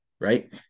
right